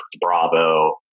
Bravo